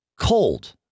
cold